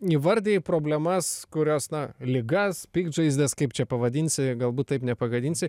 įvardijai problemas kurios na ligas piktžaizdes kaip čia pavadinsi galbūt taip nepagadinsi